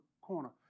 corner